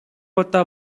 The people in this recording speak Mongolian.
удаа